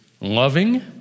loving